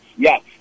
Yes